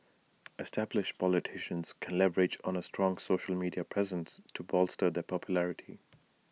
established politicians can leverage on A strong social media presence to bolster their popularity